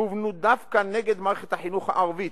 כוונה דווקא נגד מערכת החינוך הערבית,